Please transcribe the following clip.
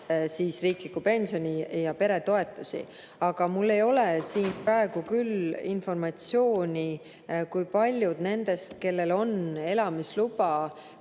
riiklikku pensioni ja peretoetusi. Aga mul ei ole siin praegu küll informatsiooni, kui paljud nendest, kellel on elamisluba,